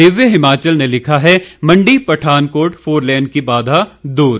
दिव्य हिमाचल ने लिखा है मंडी पठानकोट फोरलेन की बाधा दूर